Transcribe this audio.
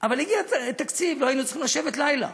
אבל כשהגיע התקציב לא היינו צריכים לשבת לילה.